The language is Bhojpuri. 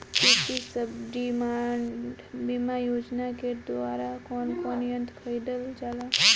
कृषि सब्सिडी बीमा योजना के द्वारा कौन कौन यंत्र खरीदल जाला?